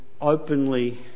openly